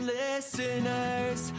listeners